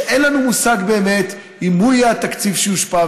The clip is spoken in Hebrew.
שאין לנו באמת מושג אם הוא יהיה התקציב שיושפע.